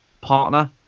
partner